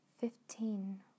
fifteen